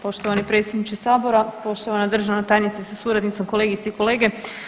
Poštovani predsjedniče Sabora, poštovana državna tajnice sa suradnicom, kolegice i kolege.